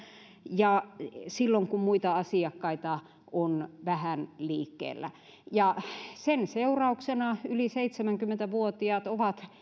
ja silloin kun muita asiakkaita on vähän liikkeellä sen seurauksena yli seitsemänkymmentä vuotiaat ovat